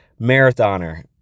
marathoner